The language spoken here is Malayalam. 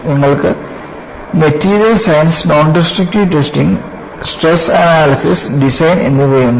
നിങ്ങൾക്ക് material science nondestructive testing stress analysis design എന്നിവയുണ്ട്